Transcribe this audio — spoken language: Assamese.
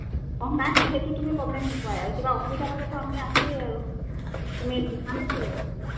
অঁ নাই নাই সেইটোত তুমি প্ৰব্লেম নোপোৱাই আৰু কিবা অসুবিধা পালেতো আমি আছোঁৱেই আৰু তুমি